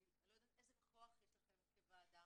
אני לא יודעת איזה כוח יש לכם כוועדה